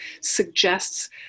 suggests